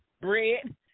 Bread